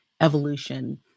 evolution